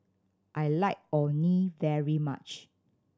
I like Orh Nee very much